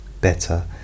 better